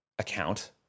account